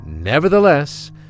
Nevertheless